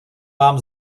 vám